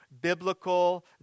biblical